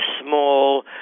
small